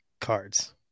cards